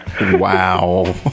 Wow